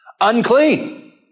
Unclean